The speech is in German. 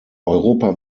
europa